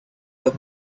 los